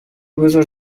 بزار